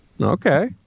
Okay